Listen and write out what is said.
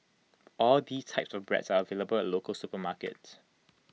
all these types of bread are available at local supermarkets